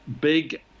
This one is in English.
big